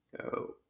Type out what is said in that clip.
Go